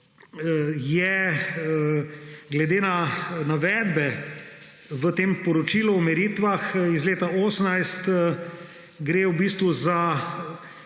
Glede na navedbe v tem poročilu o meritvah iz leta 2018 gre v bistvu za